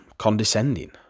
condescending